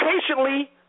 patiently